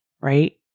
right